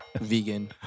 vegan